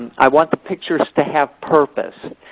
i want the pictures to have purpose.